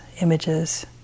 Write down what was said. images